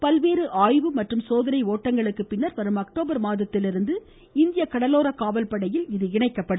பல்வேறு ஆய்வு மற்றும் சோதனை ஓட்டங்களுக்குப் பின்னர் வரும் அக்டோபர் மாதத்திலிருந்து இந்திய கடலோரக் காவல் படையில் இது இணைக்கப்படும்